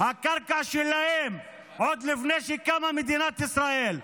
הקרקע שלהם עוד לפני שקמה מדינת ישראל.